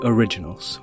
Originals